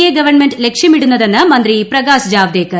A government ലക്ഷൃമിടുന്നതെന്ന് മന്ത്രി പ്രകാശ് ജാവദേക്കർ